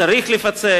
צריך לפצל.